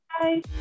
Bye